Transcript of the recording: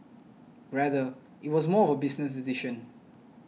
rather it was more of a business decision